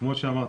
כמו שאמרתי,